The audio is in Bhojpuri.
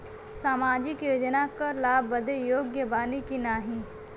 सामाजिक योजना क लाभ बदे योग्य बानी की नाही?